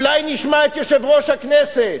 אולי נשמע את יושב-ראש הכנסת,